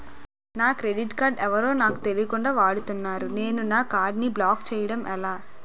నా credit card ఎవరో నాకు తెలియకుండా వాడుకున్నారు నేను నా కార్డ్ ని బ్లాక్ చేయడం ఎలా?